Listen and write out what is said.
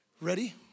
Ready